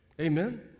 Amen